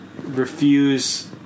refuse